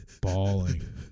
bawling